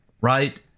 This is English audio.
right